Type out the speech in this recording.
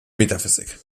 metaphysik